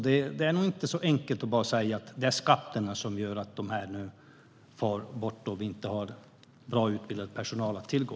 Det är nog inte så enkelt som att det bara är skatterna som gör att de här företagen nu flyttar bort och att vi inte har välutbildad personal att tillgå.